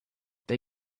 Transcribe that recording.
they